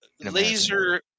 laser